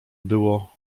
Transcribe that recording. było